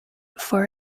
for